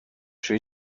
شویی